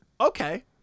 Okay